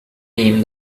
him